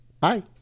Bye